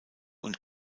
und